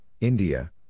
India